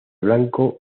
blanco